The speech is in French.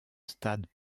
stade